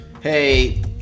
hey